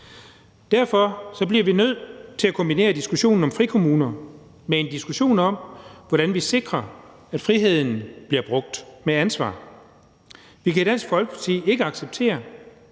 Derfor bliver vi nødt til at kombinere diskussionen om frikommuner med en diskussion om, hvordan vi sikrer, at friheden bliver brugt med ansvar. Vi kan i Dansk Folkeparti ikke acceptere,